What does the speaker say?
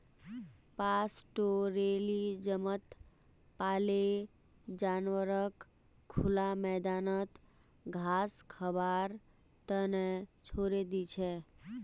पास्टोरैलिज्मत पाले जानवरक खुला मैदानत घास खबार त न छोरे दी छेक